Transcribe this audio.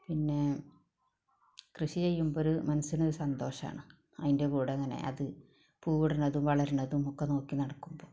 പിന്നെ കൃഷി ചെയ്യുമ്പൊര് മനസ്സിനൊര് സന്തോഷമാണ് അതിന്റെ കൂടെ ഇങ്ങനെ അത് പൂവിടുന്നതും വളരണതും ഒക്കെ നോക്കി നടക്കുമ്പോൾ